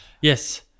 Yes